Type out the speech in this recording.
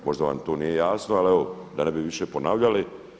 Možda vam to nije jasno ali evo da ne bi više ponavljali.